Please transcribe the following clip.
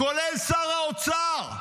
כולל שר האוצר,